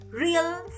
real